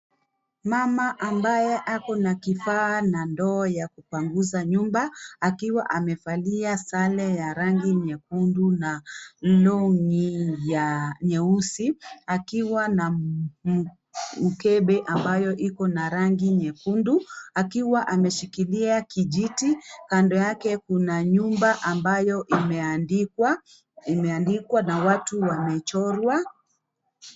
Mama ambaye ako na kifaa na ndoo ya kupanguza nyumba, akiwa amevalia sare ya rangi nyekundu na long'i ya nyeusi, akiwa na mkebe ambayo iko na rangi nyekundu, akiwa ameshikilia kijiti. Kando yake kuna nyumba ambayo imeandikwa na watu wamechorwa.